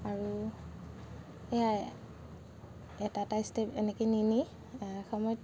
আৰু এয়াই এটা এটা ষ্টেপ এনেকৈ নি নি এসময়ত